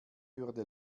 würde